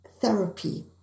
Therapy